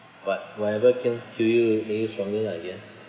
but whatever came to you that is from this I guess